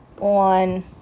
on